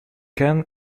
can